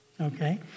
Okay